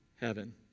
heaven